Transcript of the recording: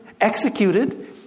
executed